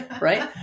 right